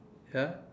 ya